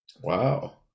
Wow